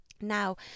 Now